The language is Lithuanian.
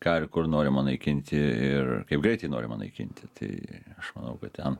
ką ir kur norima naikinti ir kaip greitai norima naikinti tai aš manau kad ten